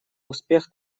успех